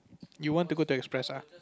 you want to go to express ah